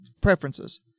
preferences